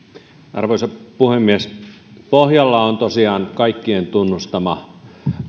arvoisa puhemies pohjalla on tosiaan kaikkien tunnustama